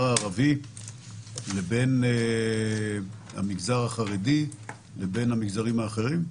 הערבי לבין המגזר החרדי לבין המגזרים האחרים?